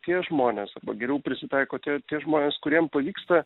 tie žmonės arba geriau prisitaiko tie tie žmonės kuriem pavyksta